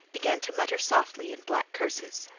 began to mutter softly in black curses.